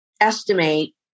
estimate